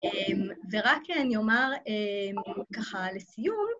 ורק אני אומר ככה לסיום.